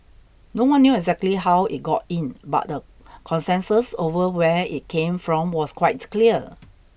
no one knew exactly how it got in but the consensus over where it came from was quite clear